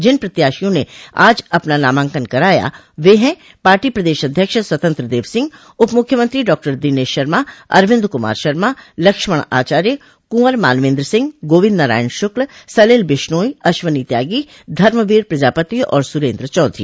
जिन प्रत्याशियों ने आज अपना नामांकन कराया वे हैं पार्टी प्रदेश अध्यक्ष स्वतंत्र देव सिंह उप मुख्यमंत्री डॉक्टर दिनेश शर्मा अरविन्द कुमार शर्मा लक्ष्मण आचार्य कुँवर मान्वेन्द्र सिंह गोविन्द नारायण शुक्ला सलिल बिश्नोई अश्वनी त्यागी धर्मवीर प्रजापति और सुरेन्द्र चौधरी